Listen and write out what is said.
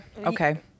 Okay